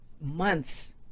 months